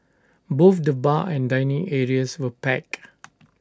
both the bar and dining areas were packed